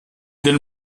del